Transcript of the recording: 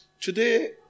today